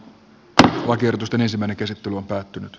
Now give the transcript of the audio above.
tämä on yritysten ensimmäinen käsittely on päättynyt